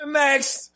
next